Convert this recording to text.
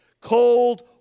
Cold